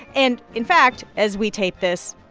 and in fact, as we tape this,